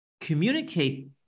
communicate